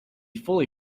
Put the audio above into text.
fully